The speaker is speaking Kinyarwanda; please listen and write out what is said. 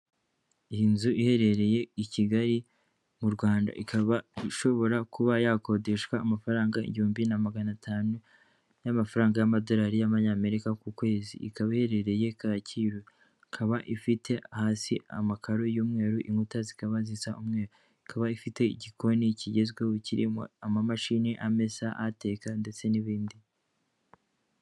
Iyi nzu iherereye i Kigali mu Rwanda, ikaba ishobora kuba yakodeshwa amafaranga igihumbi na magana atanu y'amafaranga y'amadolari y'amanyamerika ku kwezi, ikaba iherereye Kacyiru, ikaba ifite hasi amakaro y'umweru, inkuta zikaba zisa umweru, ikaba ifite igikoni kigezweho kirimo amamashini amesa, ateka ndetse n'ibindi.